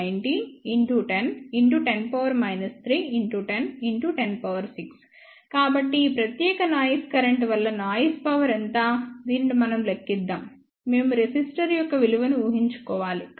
6 × 10 19 × 10 × 10 3 × 10 × 106 కాబట్టి ఈ ప్రత్యేక నాయిస్ కరెంట్ వల్ల నాయిస్ పవర్ ఎంత దీనిని మనం లెక్కిద్దాం మేము రెసిస్టర్ యొక్క విలువను ఊహించుకోవాలి